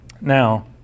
Now